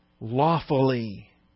lawfully